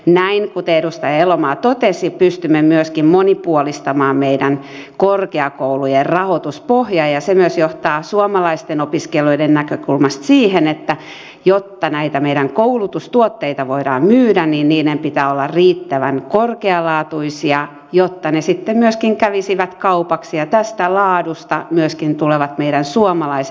näin kuten edustaja elomaa totesi pystymme myöskin monipuolistamaan meidän korkeakoulujen rahoituspohjaa ja se myös johtaa suomalaisten opiskelijoiden näkökulmasta siihen että jotta näitä meidän koulutustuotteita voidaan myydä niin niiden pitää olla riittävän korkealaatuisia jotta ne sitten myöskin kävisivät kaupaksi ja tästä laadusta myöskin tulevat meidän suomalaiset nuoret nauttimaan